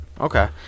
Okay